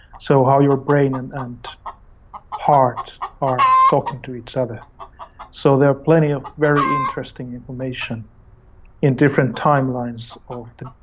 so how your brain and and heart are talking to each other so there are plenty of very interesting information in different timelines of collecting the